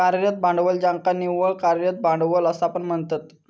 कार्यरत भांडवल ज्याका निव्वळ कार्यरत भांडवल असा पण म्हणतत